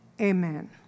Amen